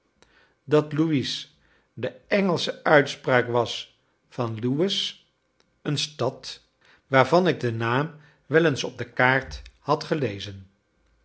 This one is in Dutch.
dat louis de engelsche uitspraak was van lewes een stad waarvan ik den naam wel eens op de kaart had gelezen